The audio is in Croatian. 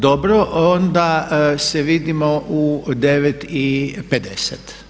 Dobro, onda se vidimo u 9,50.